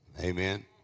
Amen